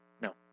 No